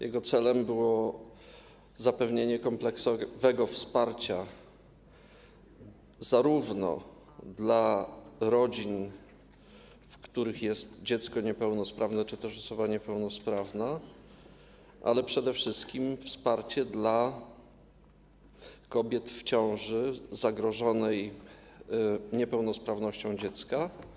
Jego celem było zapewnienie kompleksowego wsparcia dla rodzin, w których jest dziecko niepełnosprawne czy też osoba niepełnosprawna, ale przede wszystkim wsparcia dla kobiet w ciąży zagrożonej niepełnosprawnością dziecka.